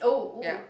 yup